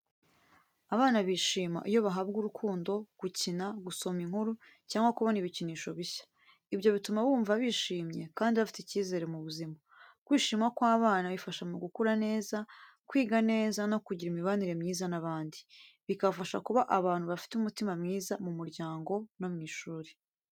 Abana bishima iyo bahabwa urukundo, gukina, gusoma inkuru cyangwa kubona ibikinisho bishya. Ibyo bituma bumva bishimye, kandi bafite icyizere mu buzima. Kwishima kw’abana bifasha mu gukura neza, kwiga neza no kugira imibanire myiza n’abandi, bikabafasha kuba abantu bafite umutima mwiza mu muryango no mu ishuri.